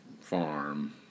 farm